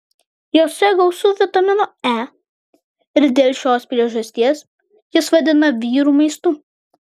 jose gausu vitamino e ir dėl šios priežasties jas vadina vyrų maistu